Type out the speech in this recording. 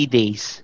days